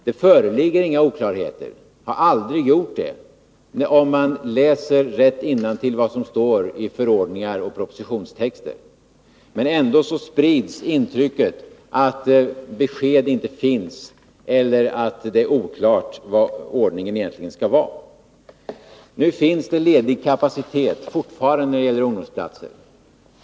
Det föreligger inga oklarheter och har aldrig gjort det, om man läser rätt innantill vad som står i förordningar och propositionstexter. Ändå sprids intrycket att besked inte finns eller att det är oklart hur ordningen egentligen skall vara. Nu finns det fortfarande ledig kapacitet i fråga om ungdomsplatser.